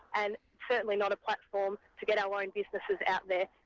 and certainly not a platform to get our own businesses out there.